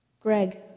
Greg